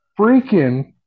freaking